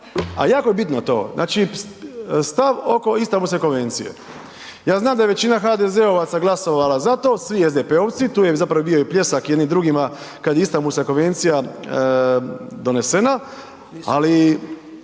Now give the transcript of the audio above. a jako bitno je to, znači stav oko Istambulske konvencije, ja znam da je većina HDZ-ovaca glasovala za to, svi SDP-ovci, tu je zapravo bio i pljesak jedni drugima kad je Istambulska konvencija donesena, ali